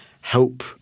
help